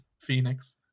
Phoenix